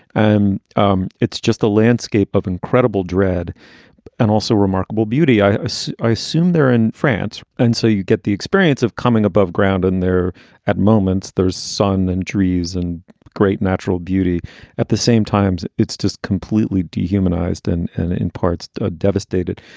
um it's just a landscape of incredible dread and also remarkable beauty. i so i assume they're in france. and so you get the experience of coming above in there at moments. there's sun and trees and great natural beauty at the same times. it's just completely dehumanized and and in parts ah devastated.